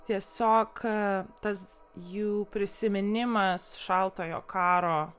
tiesiog tas jų prisiminimas šaltojo karo